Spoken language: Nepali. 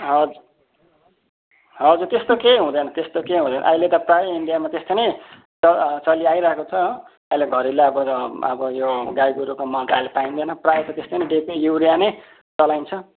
हजुर हजुर त्यस्तो केही हुँदैन त्यस्तो केही हुँदैन अहिले त प्राय इन्डियामा त्यस्तो नै चलिआइरहेको छ हो अहिले घरेलु अब अब यो गाई गोरुको मल त अहिले पाइँदैन प्राय त त्यस्तै नै डिएपी युरिया नै चलाइन्छ